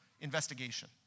investigation